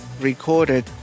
recorded